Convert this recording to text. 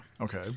Okay